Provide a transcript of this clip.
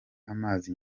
amazi